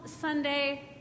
Sunday